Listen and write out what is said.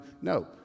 No